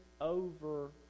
over